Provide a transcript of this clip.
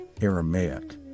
Aramaic